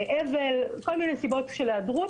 אבל, כל מיני סיבות של היעדרות.